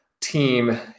team